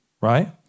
right